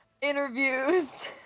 interviews